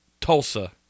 Tulsa